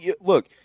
Look